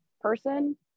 person